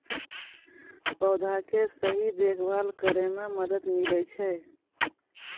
पौधा के सही देखभाल करै म मदद मिलै छै